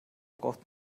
braucht